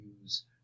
use